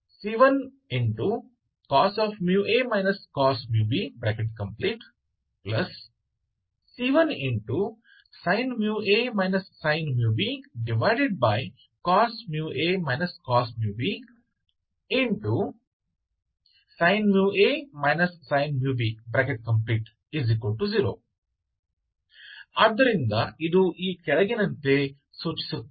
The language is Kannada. c1cos μa cos μb c1sin μa sin μb cos μa cos μb sin μa sin μb 0 ಆದ್ದರಿಂದ ಇದು ಈ ಕೆಳಗಿನಂತೆ ಸೂಚಿಸುತ್ತದೆ